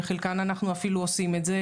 חלקן אנחנו אפילו עושים את זה,